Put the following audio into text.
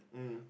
mmhmm